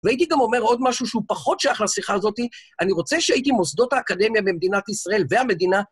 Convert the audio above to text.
והייתי גם אומר עוד משהו שהוא פחות שייך לשיחה הזאתי, אני רוצה שהייתי מוסדות האקדמיה במדינת ישראל והמדינה.